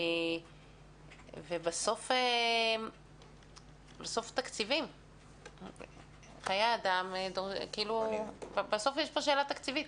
בסוף יש פה שאלה תקציבית.